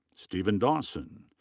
steven dawson.